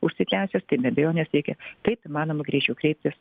užsitęsęs tai be abejonės reikia kaip įmanoma greičiau kreiptis